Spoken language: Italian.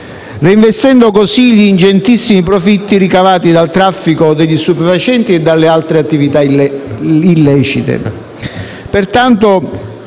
reinvestendo così gli ingentissimi profitti ricavati dal traffico di stupefacenti e dalle altre attività illecite.